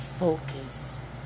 focus